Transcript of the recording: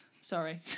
Sorry